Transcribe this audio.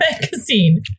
magazine